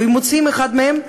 ואם מוציאים אחד מהם,